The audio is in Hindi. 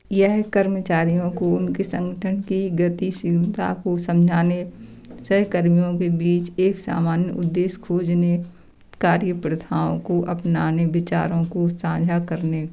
यह कर्मचारियों को उनके संगठन की गतिशीलता को समझाने सहेकर्मियों के बीच एक सामान्य उद्देश खोजने कार्य प्रथाओं को अपनाने विचारों को सांझा करने